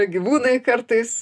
gyvūnai kartais